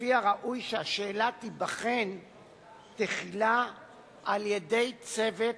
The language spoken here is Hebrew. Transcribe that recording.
שלפיה ראוי שהשאלה תיבחן תחילה על-ידי צוות